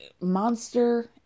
monster